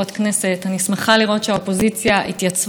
לעשות את השירות הנכון לציבור הישראלי.